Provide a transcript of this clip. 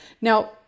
Now